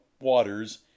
waters